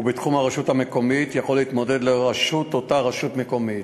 בתחום הרשות המקומית יכול להתמודד לראשות אותה רשות מקומית.